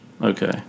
Okay